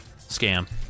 Scam